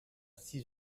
six